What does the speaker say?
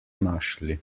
našli